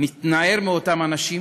נתנער מאותם אנשים,